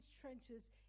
trenches